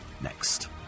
next